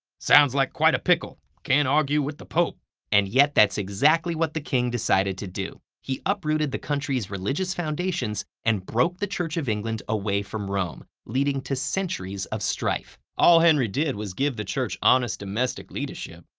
sounds like quite a pickle. can't argue with the pope. prosecutor and yet that's exactly what the king decided to do. he uprooted the country's religious foundations and broke the church of england away from rome, leading to centuries of strife. defense all henry did was give the church honest domestic leadership.